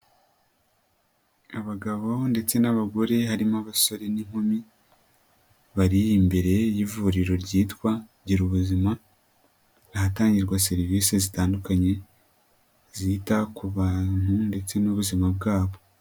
Abagabo ndetse n'abagore harimo abasore n'inkumi, bari imbere y'ivuriro ryitwa Girubuzima, ahatangirwa serivise zitandukanye zita ku bantu ndetse n'ubuzima bwabo.